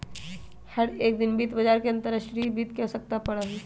हर एक वित्त बाजार में अंतर्राष्ट्रीय वित्त के आवश्यकता पड़ा हई